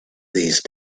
these